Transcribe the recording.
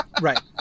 right